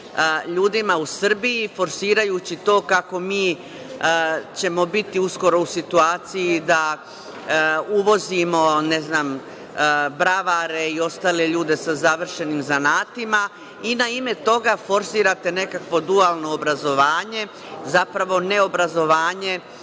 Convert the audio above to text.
ljudima u Srbiji, forsirajući to kako mi ćemo biti uskoro u situaciji da uvozimo, ne znam, bravare i ostale ljude sa završenim zanatima i na ime toga forsirate nekakvo dualno obrazovanje. Zapravo, neobrazovanje